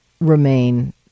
remain